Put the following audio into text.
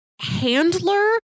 handler